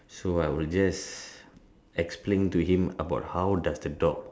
so I will just explain to him about how does the dog